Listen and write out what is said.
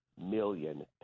million